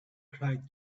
cried